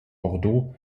bordeaux